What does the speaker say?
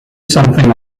something